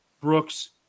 brooks